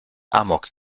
amok